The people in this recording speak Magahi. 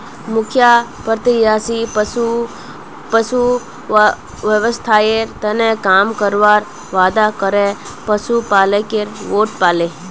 मुखिया प्रत्याशी पशुर स्वास्थ्येर तने काम करवार वादा करे पशुपालकेर वोट पाले